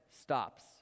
stops